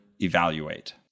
evaluate